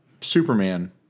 Superman